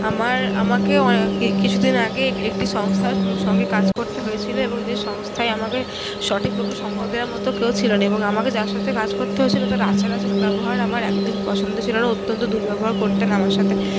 আমার আমাকে কি কিছুদিন আগে একটি সংস্থার সঙ্গে কাজ করতে হয়েছিল এবং যে সংস্থায় আমাকে সঠিকভাবে সঙ্গ দেওয়ার মতো কেউ ছিল না এবং আমাকে যার সাথে কাজ করতে হয়েছিল তার আচার আচরণ ব্যবহার আমার একদম পছন্দ ছিল না অত্যন্ত দুর্ব্যবহার করতেন আমার সাথে